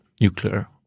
nuclear